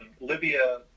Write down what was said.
Libya